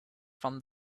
from